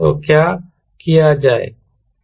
तो क्या किया जायें